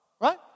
Right